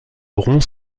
auront